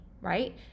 right